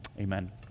Amen